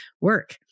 work